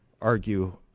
argue